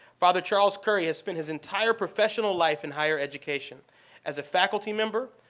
father charles currie has spent his entire professional life in higher education as a faculty member,